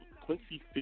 Quincy